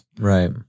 Right